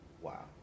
Wow